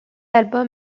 album